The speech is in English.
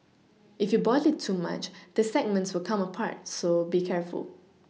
if you boil it too much the segments will come apart so be careful